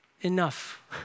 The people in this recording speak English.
enough